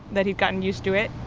that he'd gotten used to it.